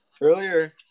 Earlier